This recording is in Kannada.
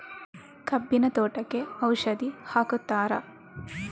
ಕಬ್ಬಿನ ತೋಟಕ್ಕೆ ಔಷಧಿ ಹಾಕುತ್ತಾರಾ?